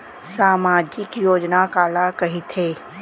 सामाजिक योजना काला कहिथे?